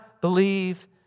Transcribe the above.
believe